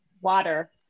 Water